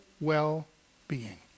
well-being